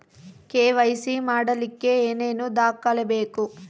KYC ಮಾಡಲಿಕ್ಕೆ ಏನೇನು ದಾಖಲೆಬೇಕು?